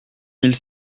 mille